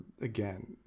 again